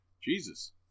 Jesus